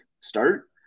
start